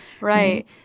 right